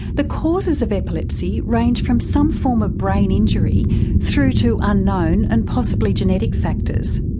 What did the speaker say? the causes of epilepsy range from some form of brain injury through to unknown and possibly genetic factors.